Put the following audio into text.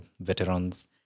veterans